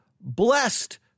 blessed